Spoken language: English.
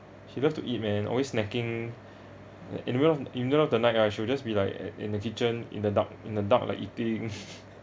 she love to eat man always snacking in the middle in the middle of the night ah she will be just like uh in the kitchen in the dark in the dark like eating